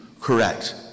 Correct